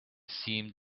seemed